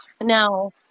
Now